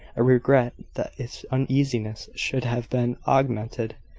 regret that its uneasiness should have been augmented,